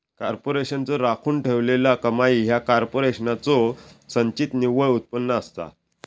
कॉर्पोरेशनचो राखून ठेवलेला कमाई ह्या कॉर्पोरेशनचो संचित निव्वळ उत्पन्न असता